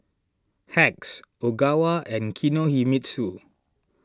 Hacks Ogawa and Kinohimitsu